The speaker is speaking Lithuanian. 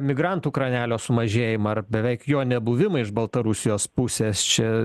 migrantų kranelio sumažėjimąar beveik jo nebuvimą iš baltarusijos pusės čia